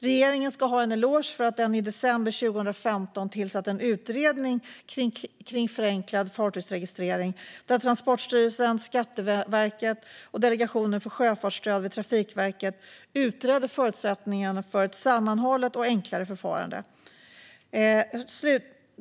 Regeringen ska ha en eloge för att den i december 2015 tillsatte en utredning kring förenklad fartygsregistrering där Transportstyrelsen, Skatteverket och Delegationen för sjöfartsstöd vid Trafikverket utredde förutsättningarna för ett sammanhållet och enklare förfarande.